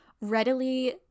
readily –